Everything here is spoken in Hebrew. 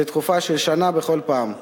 לתקופה של שנה בכל פעם.